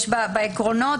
בעקרונות,